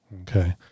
Okay